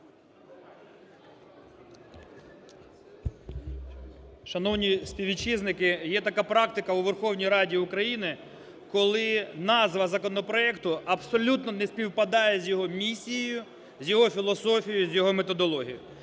Шановні співвітчизники, є така практика у Верховній Раді України, коли назва законопроекту абсолютно не співпадає з його місією, з його філософією, з його методологією.